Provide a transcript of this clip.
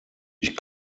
ich